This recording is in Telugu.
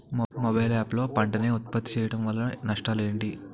మొబైల్ యాప్ లో పంట నే ఉప్పత్తి చేయడం వల్ల నష్టాలు ఏంటి?